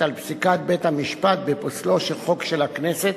על פסיקת בית-המשפט בפוסלו חוק של הכנסת,